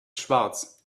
schwarz